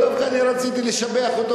דווקא רציתי לשבח אותו,